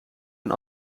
een